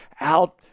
out